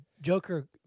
Joker